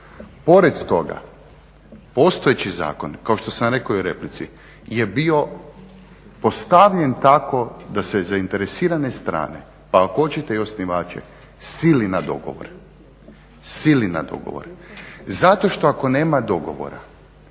Pored toga postojeći zakon kao što sam rekao u replici je bio postavljen tako da se zainteresirane strane pa ako hoćete i osnivače sili na dogovor. Zato što ako nema dogovora